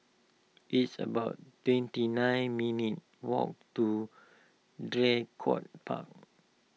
it's about twenty nine minutes' walk to Draycott Park